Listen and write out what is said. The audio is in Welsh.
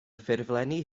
ffurflenni